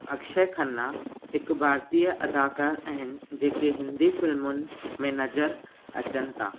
अक्षय खन्ना हिकु भारतीय अदाकार आहिनि जेके हिंदी फिल्मुनि में नज़र अचनि था